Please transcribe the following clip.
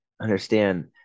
understand